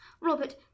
Robert